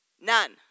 None